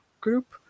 Group